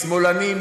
שמאלנים,